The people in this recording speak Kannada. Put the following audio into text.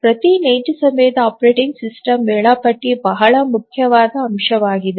ಪ್ರತಿ ನೈಜ ಸಮಯದ ಆಪರೇಟಿಂಗ್ ಸಿಸ್ಟಮ್ ವೇಳಾಪಟ್ಟಿ ಬಹಳ ಮುಖ್ಯವಾದ ಅಂಶವಾಗಿದೆ